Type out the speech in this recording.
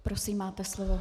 Prosím, máte slovo.